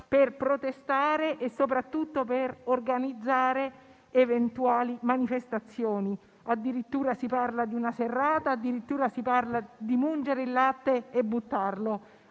per protestare e soprattutto per organizzare eventuali manifestazioni. Addirittura si parla di una serrata e di mungere il latte e buttarlo